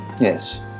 Yes